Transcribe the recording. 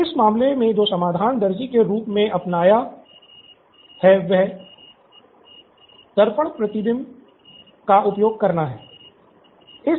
तो इस मामले में जो समाधान दर्जी के रूप मे आपने अपनाया वह दर्पण प्रतिबिंब का उपयोग करना है